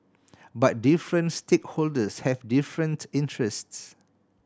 but different stakeholders have different interests